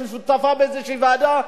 שהיא שותפה באיזושהי ועדה.